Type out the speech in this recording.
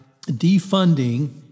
defunding